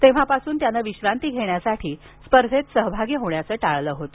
तेव्हापासून त्याने विश्रांती घेण्यासाठी स्पर्धेत सहभागी होण्याचे टाळले होते